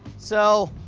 so.